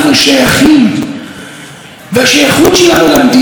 אני מייצג עדה נאמנה למדינת היהודים.